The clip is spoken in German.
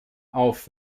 auf